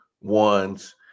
ones